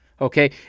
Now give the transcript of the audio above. Okay